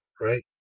right